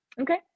Okay